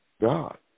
God